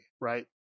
right